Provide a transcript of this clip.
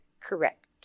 Correct